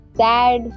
sad